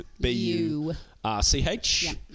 B-U-R-C-H